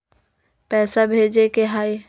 पैसा भेजे के हाइ?